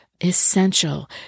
essential